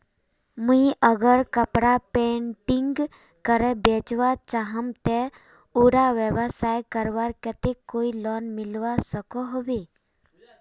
मुई अगर कपड़ा पेंटिंग करे बेचवा चाहम ते उडा व्यवसाय करवार केते कोई लोन मिलवा सकोहो होबे?